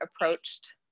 approached